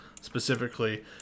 specifically